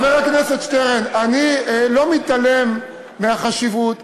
חבר הכנסת שטרן, אני לא מתעלם מהחשיבות.